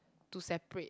to separate